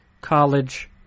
college –